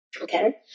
okay